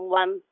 one